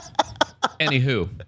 Anywho